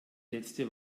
letzte